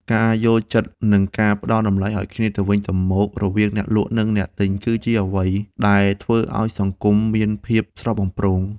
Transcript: ការយល់ចិត្តនិងការផ្ដល់តម្លៃឱ្យគ្នាទៅវិញទៅមករវាងអ្នកលក់និងអ្នកទិញគឺជាអ្វីដែលធ្វើឱ្យសង្គមមានភាពស្រស់បំព្រង។